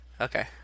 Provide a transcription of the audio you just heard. Okay